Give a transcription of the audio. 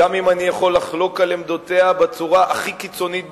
גם אם אני יכול לחלוק על עמדותיה בצורה הכי קיצונית בעולם,